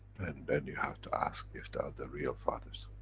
and then you have to ask if they are the real fathers.